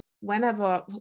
whenever